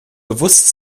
bewusst